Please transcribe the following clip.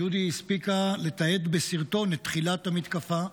ג'ודי הספיקה לתעד בסרטון את תחילת המתקפה,